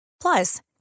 Plus